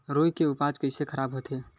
रुई के उपज कइसे खराब होथे?